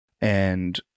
And-